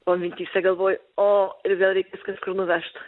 o mintyse galvoju o ir vėl reikės kažkur nuvežt